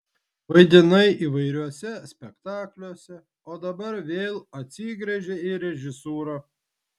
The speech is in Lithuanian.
vaidinai įvairiuose spektakliuose o dabar vėl atsigręžei į režisūrą